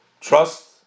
trust